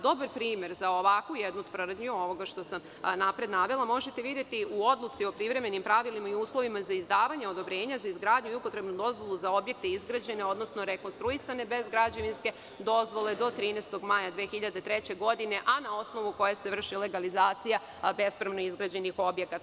Dobar primer za ovakvu jednu tvrdnju ovog što sam napred navela možete videti u Odluci o privremenim pravilima i uslovima za izdavanje odobrenja za izgradnju i upotrebnu dozvolu za objekte izgrađene, odnosno rekonstruisane bez građevinske dozvole do 13. maja 2003. godine, a na osnovu koje se vrši legalizacija bespravno izgrađenih objekata.